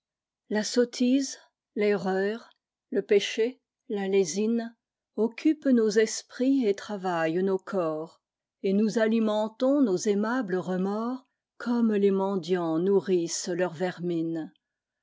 la sottise terreur le péché la lésine occupent nos esprits et travaillent nos corps et nous alimentons nos aimables remords comme les mendiants nourrissent leur vermine